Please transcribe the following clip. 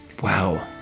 Wow